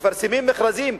מפרסמים מכרזים.